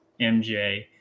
MJ